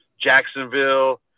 Jacksonville